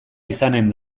izanen